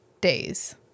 days